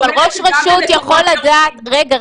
אבל ראש רשות יכול לדעת --- זאת אומרת שגם במקומות ירוקים --- רגע,